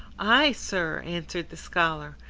i, sir! answered the scholar,